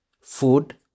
food